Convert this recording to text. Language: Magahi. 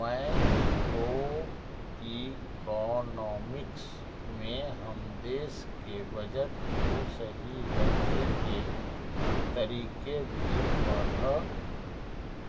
मैक्रोइकॉनॉमिक्स में हम देश के बजट को सही रखे के तरीके भी पढ़अ